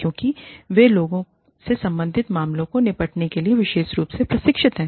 क्योंकि वे लोगों से संबंधित मामलों से निपटने के लिए विशेष रूप से प्रशिक्षित हैं